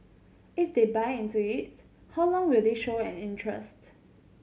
if they buy into it how long will they show an interest